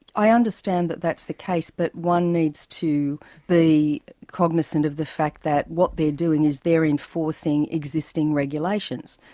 i understand that that's the case, but one needs to be cognisant of the fact that what they are doing is they are enforcing existing regulations.